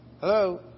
Hello